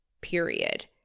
period